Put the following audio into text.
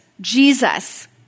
Jesus